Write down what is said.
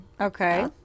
Okay